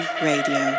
Radio